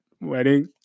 wedding